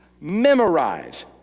Memorize